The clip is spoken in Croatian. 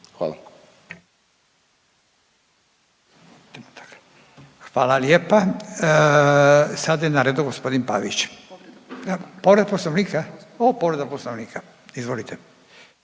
Hvala lijepa. Sada je na redu g. Pavić. Povreda Poslovnika? O, povreda Poslovnika. Izvolite.